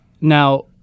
Now